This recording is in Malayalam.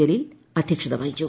ജലീൽ അദ്ധ്യക്ഷത വഹിച്ചു